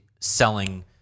selling